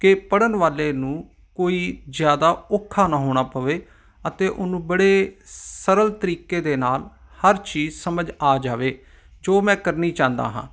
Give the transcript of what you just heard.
ਕਿ ਪੜ੍ਹਨ ਵਾਲੇ ਨੂੰ ਕੋਈ ਜ਼ਿਆਦਾ ਔਖਾ ਨਾ ਹੋਣਾ ਪਵੇ ਅਤੇ ਉਹਨੂੰ ਬੜੇ ਸਰਲ ਤਰੀਕੇ ਦੇ ਨਾਲ ਹਰ ਚੀਜ਼ ਸਮਝ ਆ ਜਾਵੇ ਜੋ ਮੈਂ ਕਰਨੀ ਚਾਹੁੰਦਾ ਹਾਂ